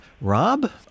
Rob